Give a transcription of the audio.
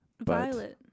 Violet